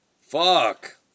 Fuck